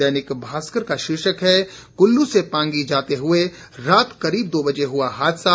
दैनिक भास्कर का शीर्षक है कुल्लू से पांगी जाते हुए रात करीब दो बजे हुआ हादसा